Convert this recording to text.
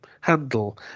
handle